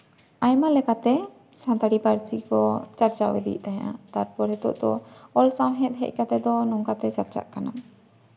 ᱟᱭᱢᱟ ᱞᱮᱠᱟᱛᱮ ᱥᱟᱱᱛᱟᱲᱤ ᱯᱟᱹᱨᱥᱤ ᱠᱚ ᱪᱟᱨᱪᱟᱣ ᱤᱫᱤᱭᱮᱜ ᱛᱟᱦᱮᱸᱜᱼᱟ ᱛᱟᱨᱯᱚᱨᱮ ᱱᱤᱛᱚᱜ ᱫᱚ ᱚᱞ ᱥᱟᱶᱦᱮᱫ ᱦᱮᱡ ᱠᱟᱛᱮᱜ ᱫᱚ ᱱᱚᱝᱠᱟᱛᱮ ᱪᱟᱨᱪᱟᱜ ᱠᱟᱱᱟ